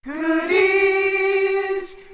Goodies